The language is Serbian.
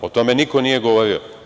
O tome niko nije govori.